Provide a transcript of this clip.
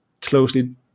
closely